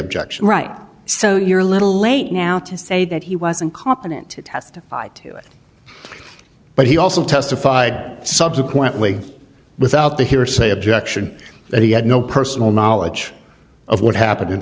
objection right so you're a little late now to say that he wasn't competent to testify to it but he also testified subsequently without the hearsay objection that he had no personal knowledge of what happened in